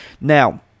Now